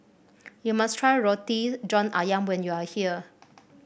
you must try Roti John ayam when you are here